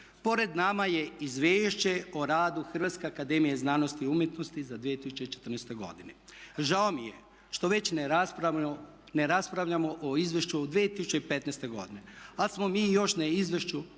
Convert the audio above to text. Pored nas je Izvješće o radu HAZU za 2014. godinu. Žeo mi je što već ne raspravljamo o izvješću 2015. godine ali smo mi još na izvješću